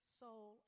soul